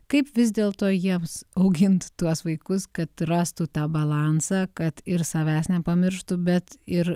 kaip vis dėlto jiems augint tuos vaikus kad rastų tą balansą kad ir savęs nepamirštų bet ir